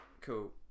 Cool